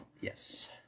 Yes